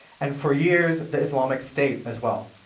and for years, the islamic state as well.